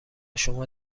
شما